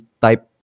type